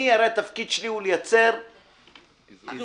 הרי התפקיד שלי לייצר איזונים.